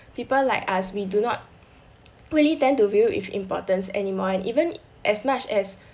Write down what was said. people like us we do not really tend to view with importance anymore and even as much as